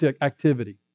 activity